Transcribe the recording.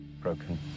broken